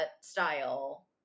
style